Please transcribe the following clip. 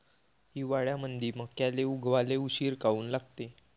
हिवाळ्यामंदी मक्याले उगवाले उशीर काऊन लागते?